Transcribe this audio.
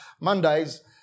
Mondays